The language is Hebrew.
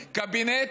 קבינט.